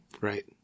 Right